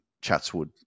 Chatswood